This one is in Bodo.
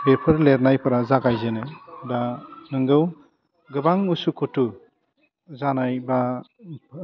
बेफोर लेरनायफ्रा जागाय जेनो दा नोंगौ गोबां उसु खुथु जानाय बा